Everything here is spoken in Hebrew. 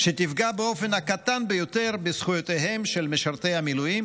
שתפגע באופן המועט ביותר בזכויותיהם של משרתי המילואים,